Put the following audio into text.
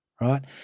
right